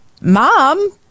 mom